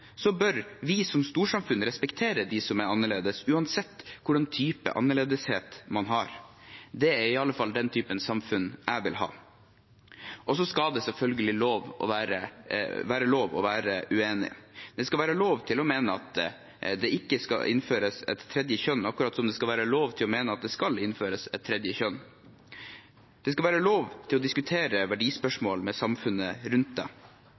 så skal man bli løftet fram som onde mennesker med skumle hensikter, bare fordi man representerer en gruppe mennesker som ikke passer inn i båsene vi som storsamfunn har laget. Det er helt feil. I stedet bør vi som storsamfunn respektere dem som er annerledes, uansett hva slags type annerledeshet man har. Det er i alle fall den typen samfunn jeg vil ha. Det skal selvfølgelig være lov å være uenig. Det skal være lov å mene at det ikke skal innføres et tredje kjønn, akkurat som det skal være lov å mene